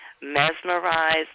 mesmerized